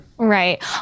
Right